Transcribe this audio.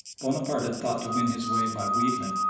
bonaparte had thought to win his way by wheedling,